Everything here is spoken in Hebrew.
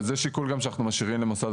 אבל זה שיקול גם שאנחנו משאירים למוסד